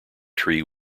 tree